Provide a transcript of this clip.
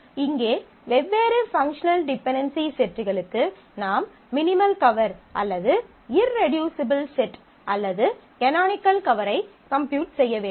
இங்கே வெவ்வேறு functional dependency செட்களுக்கு நாம் மினிமல் கவர் அல்லது இர் ரெட்டியூஸிபிள் செட் அல்லது கனோனிக்கல் கவரை கம்ப்யூட் செய்ய வேண்டும்